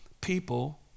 people